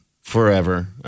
forever